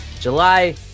July